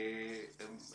באמת